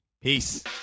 Peace